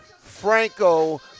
Franco